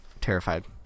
Terrified